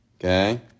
okay